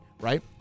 right